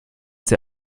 sie